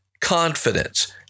confidence